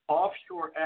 offshore